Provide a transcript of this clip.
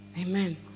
Amen